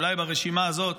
אולי ברשימה הזאת